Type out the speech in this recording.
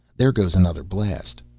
there goes another blast.